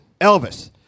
Elvis